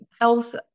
health